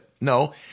No